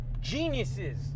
geniuses